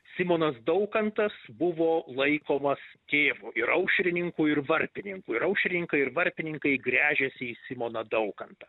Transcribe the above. simonas daukantas buvo laikomas tėvu ir aušrininkų ir varpininkų ir aušrininkai ir varpininkai gręžėsi į simoną daukantą